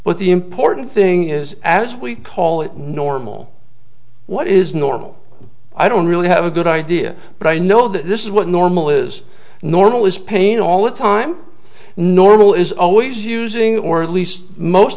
but the important thing is as we call it normal what is normal i don't really have a good idea but i know this is what normal is normal is pain all the time normal is always using or at least most